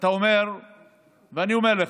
ואני אומר לך: